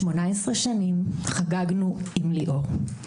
18 שנים חגגנו עם ליאור.